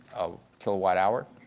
a kilowatt hour.